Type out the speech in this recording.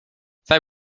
they